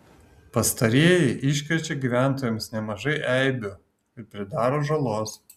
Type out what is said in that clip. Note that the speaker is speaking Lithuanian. pastarieji iškrečia gyventojams nemažai eibių ir pridaro žalos